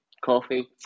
Coffee